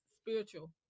spiritual